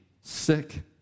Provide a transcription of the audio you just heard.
sick